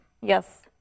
Yes